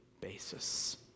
basis